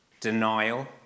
denial